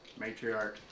Matriarch